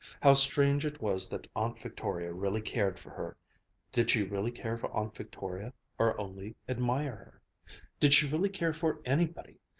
how strange it was that aunt victoria really cared for her did she really care for aunt victoria or only admire her did she really care for anybody,